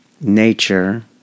nature